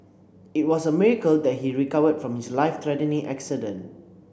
it was a miracle that he recovered from his life threatening accident